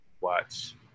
watch